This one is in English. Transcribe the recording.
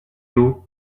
you